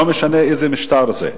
לא משנה איזה משטר זה,